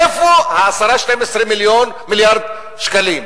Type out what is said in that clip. איפה ה-10 12 מיליארד שקלים?